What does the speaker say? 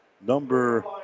number